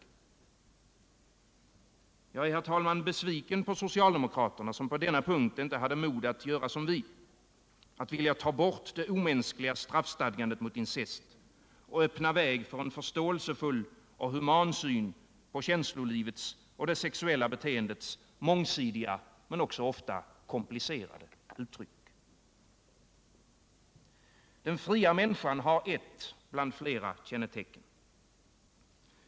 Nr 93 Jag är, herr talman, besviken på socialdemokraterna som på denna punkt Fredagen den inte hade mod att göra som vi — att vilja ta bort det omänskliga straffstad 10 mars 1978 gandet mot incest och öppna väg för en förståelsefull och human syn på känslolivets och det sexuella beteendets mångsidiga men också ofta komplicerade uttryck. Den fria människan har ett bland flera kännetecken.